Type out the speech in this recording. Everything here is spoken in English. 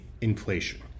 inflation